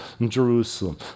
Jerusalem